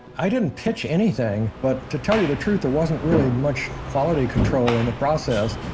i didn't pitch anything. but to tell you the truth, there wasn't really much quality control in the process.